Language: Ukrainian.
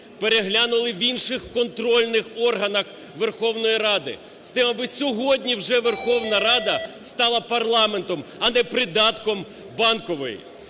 переглянули в інших контрольних органах Верховної Ради з тим, аби сьогодні вже Верховна Рада стала парламентом, а не придатком Банкової.